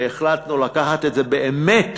והחלטנו לקחת את זה באמת,